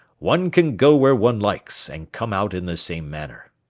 one can go where one likes, and come out in the same manner.